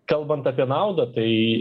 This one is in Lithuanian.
kalbant apie naudą tai